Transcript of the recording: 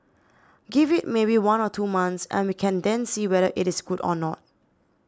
give it maybe one or two months and we can then see whether it is good or not